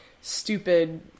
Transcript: stupid